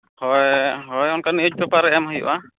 ᱦᱳᱭ ᱦᱳᱭ ᱚᱱᱠᱟ ᱱᱤᱭᱩᱡᱽ ᱯᱮᱯᱟᱨ ᱨᱮ ᱮᱢ ᱦᱩᱭᱩᱜᱼᱟ